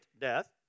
death